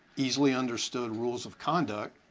easily understood rules of conduct,